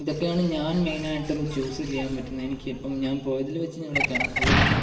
ഇതൊക്കെയാണ് ഞാൻ മെയ്നായിട്ടും ചൂസ് ചെയ്യാൻ പറ്റുന്നത് എനിക്ക് ഇപ്പം ഞാൻ പോയതിൽ വെച്ച് ഞാൻ ഇവിടെയൊക്കെയാണ് അതുപോലെതന്നെ